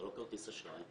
זה לא כרטיס אשראי,